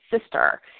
sister